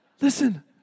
listen